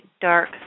dark